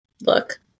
Look